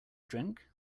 drink